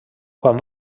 quan